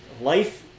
life